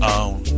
own